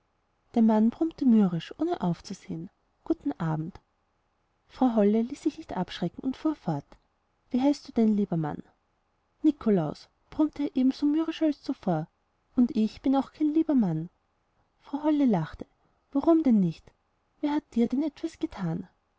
der mann brummte mürrisch ohne aufzusehen guten abend frau holle ließ sich nicht abschrecken und fuhr fort wie heißt du denn lieber mann nikolaus brummte er ebenso mürrisch als zuvor und ich bin auch kein lieber mann frau holle lachte warum denn nicht wer hat dir denn etwas getan